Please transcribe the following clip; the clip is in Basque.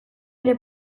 ere